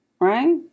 Right